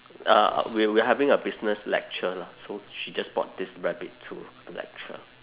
uh we were having a business lecture lah so she just brought this rabbit to the lecture